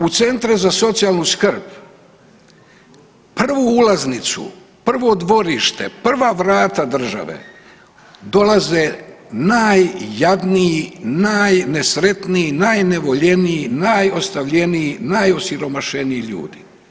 U centre za socijalnu skrb prvu ulaznicu, prvo dvorište, prva vrata države dolaze najjadniji, najnesretniji, najnevoljeniji, najostavljeniji, najosiromašeniji ljudi.